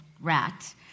rat